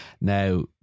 now